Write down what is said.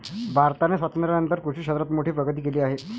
भारताने स्वातंत्र्यानंतर कृषी क्षेत्रात मोठी प्रगती केली आहे